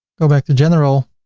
go back to general,